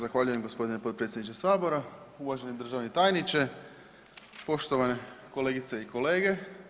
Zahvaljujem gospodine potpredsjedniče Sabora, uvaženi državni tajniče, poštovane kolegice i kolege.